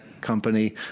company